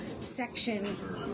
section